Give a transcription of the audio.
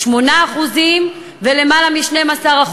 8% ויותר מ-12%.